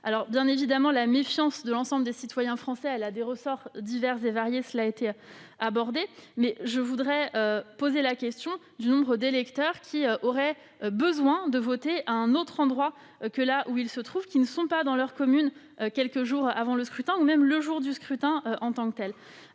Bien évidemment, la méfiance de l'ensemble des citoyens français a des ressorts divers et variés, mais je voudrais poser la question du nombre d'électeurs qui auraient besoin de voter à un autre endroit que celui où ils se trouvent, qui ne se trouvent pas dans leur commune quelques jours avant le scrutin, voire le jour même du scrutin. Des